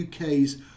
UK's